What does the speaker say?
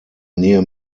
near